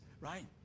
right